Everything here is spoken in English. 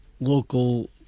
local